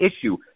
issue